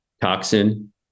toxin